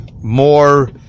more